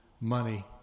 money